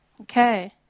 Okay